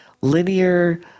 linear